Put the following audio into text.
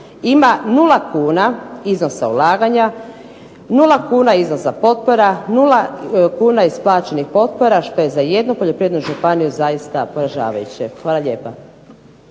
ima nula kuna iznosa ulaganja, nula kuna iznosa potpora, nula kuna isplaćenih potpora što je za jednu poljoprivrednu županiju zaista poražavajuće. Hvala lijepo.